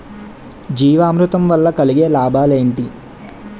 జీవామృతం వల్ల కలిగే లాభాలు ఏంటి?